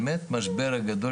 זה באמת משבר גדול